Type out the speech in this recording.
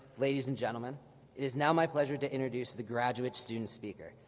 ladies and gentlemen it is now my pleasure to introduce the graduate student speaker,